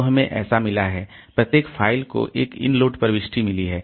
तो हमें ऐसा मिला है प्रत्येक फ़ाइल को एक इनोड प्रविष्टि मिली है